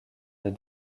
des